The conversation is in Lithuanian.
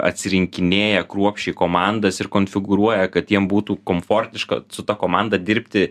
atsirinkinėja kruopščiai komandas ir konfigūruoja kad jiem būtų komfortiška su ta komanda dirbti